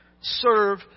serve